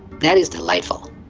that is delightful!